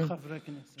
שבעה חברי כנסת.